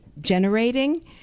generating